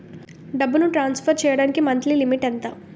డబ్బును ట్రాన్సఫర్ చేయడానికి monthly limit ఎంత?